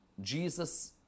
Jesus